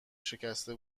شکسته